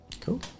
cool